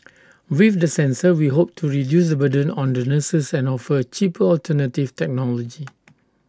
with the sensor we hope to reduce burden on the nurses and offer A cheaper alternative technology